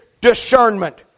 discernment